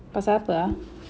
pasal ape ah